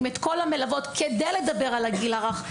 ואת כל המלוות כדי לדבר על הגיל הרך.